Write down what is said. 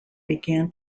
began